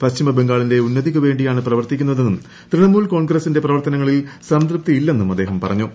പശ്ചിമ ബംഗാളിന്റെ ഉന്നതിക്ക് വേണ്ടിയാണ് പ്രവർത്തിക്കുന്നതെന്നും തൃണമൂൽ കോൺഗ്രസിന്റെ പ്രവർത്തനങ്ങളിൽ സംതൃപ്തിയില്ലെന്നും അദ്ദേഹം പറഞ്ഞു